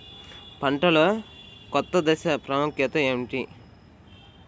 పంటలో కోత దశ ప్రాముఖ్యత ఏమిటి?